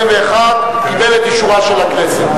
121), קיבלה את אישורה של הכנסת.